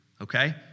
okay